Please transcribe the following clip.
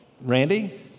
Randy